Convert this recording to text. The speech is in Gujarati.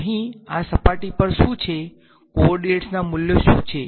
અહીં આ સપાટી પર શું છે કોઓર્ડિનેટ્સના મૂલ્યો શુ છે